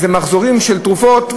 אלה מחזורים של תרופות,